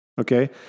Okay